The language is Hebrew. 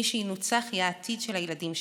מי שינוצח יהיה העתיד של הילדים שלנו,